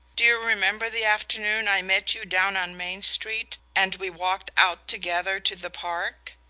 do you remember the afternoon i met you down on main street, and we walked out together to the park?